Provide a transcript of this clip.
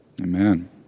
Amen